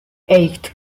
eight